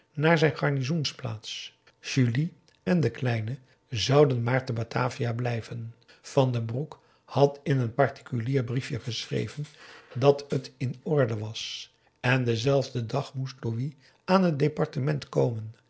naar zijn garnizoensplaats julie en de kleine zouden maar te batavia blijven van den broek had in een particulier briefje geschreven dat het in orde was en denzelfden dag moest louis aan het departement komen